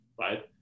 right